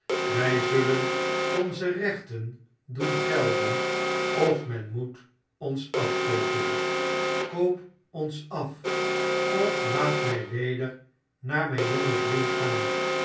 wij zullen onze rechten doen gelden of men moet ons afkoopen koop ons af of laat mij weder naar mijn jongen vriend gaan